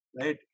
Right